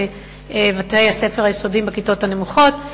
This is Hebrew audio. בבתי-הספר היסודיים בכיתות הנמוכות,